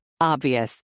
Obvious